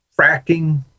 fracking